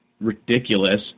ridiculous